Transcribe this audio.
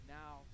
now